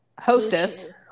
hostess